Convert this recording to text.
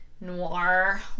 noir